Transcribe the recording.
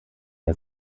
der